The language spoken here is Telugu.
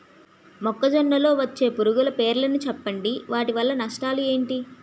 మొక్కజొన్న లో వచ్చే పురుగుల పేర్లను చెప్పండి? వాటి వల్ల నష్టాలు ఎంటి?